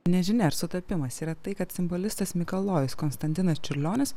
nežinia ar sutapimas yra tai kad simbolistas mikalojus konstantinas čiurlionis